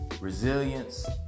resilience